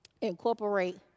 incorporate